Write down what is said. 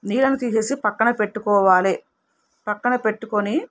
నీళ్ళను తీసి పక్కన పెట్టుకోవాలి పక్కన పెట్టుకుని